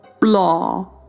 blah